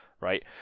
right